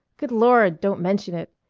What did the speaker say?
good lord! don't mention it.